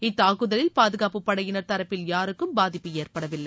இத்தாக்குதலில் பாதுகாப்பு படையினர் தரப்பில் யாருக்கும் பாதிப்பு ஏற்படவில்லை